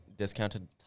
discounted